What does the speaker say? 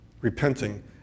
Repenting